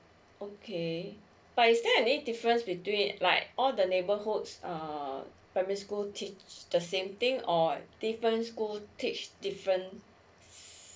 okay but is there any difference between like all the neighbourhoods err primary school teach the same thing or different schools teach different